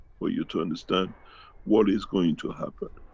for you to understand what is going to happen.